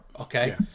okay